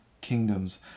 kingdoms